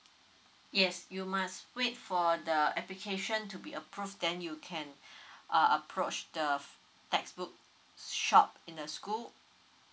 yes you must wait for the application to be approve then you can uh approach the textbook shop in the school